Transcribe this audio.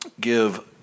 give